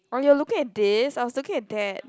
oh you are looking at this I was looking at that